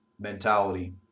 mentality